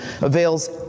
avails